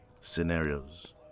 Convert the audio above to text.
scenarios